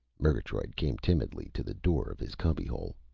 murgatroyd came timidly to the door of his cubbyhole.